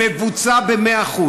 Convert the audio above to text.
זה מבוצע ב-100%.